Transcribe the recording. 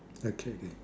okay okay